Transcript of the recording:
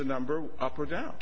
the number up or down